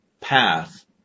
path